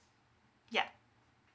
yup